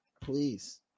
please